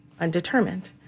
undetermined